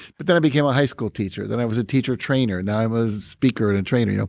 but then i became a high school teacher then i was a teacher trainer. and then i was a speaker and and trainer. you know